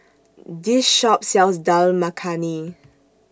This Shop sells Dal Makhani